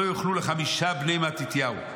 לא יוכלו לחמשת בני מתתיהו,